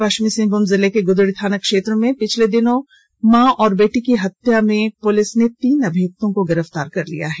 पश्चिमी सिंहभूम जिले के गुदड़ी थाना क्षेत्र में पिछले दिनों हुए मां और बेटे की हत्या के मामले में पुलिस ने तीन अभियुक्तों को गिरफ्तार कर लिया है